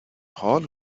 حال